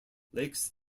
lakes